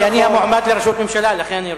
אני מועמד לראשות הממשלה, ולכן אני רוצה,